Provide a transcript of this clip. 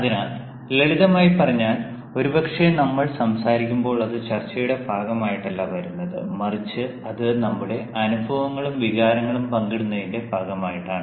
അതിനാൽ ലളിതമായി പറഞ്ഞാൽ ഒരുപക്ഷേ നമ്മൾ സംസാരിക്കുമ്പോൾ അത് ചർച്ചയുടെ ഭാഗമായിട്ടല്ല വരുന്നത് മറിച്ച് അത് നമ്മുടെ അനുഭവങ്ങളും വികാരങ്ങളും പങ്കിടുന്നതിന്റെ ഭാഗമായിട്ടാണ്